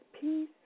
peace